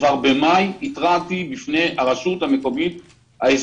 כבר במאי התרעתי בפני הרשות האזורית: